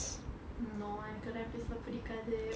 no எனக்கு:enakku rabbits எல்லாம் பிடிக்காது:ellaam pidikaathu